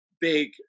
big